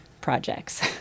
projects